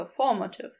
performative